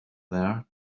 there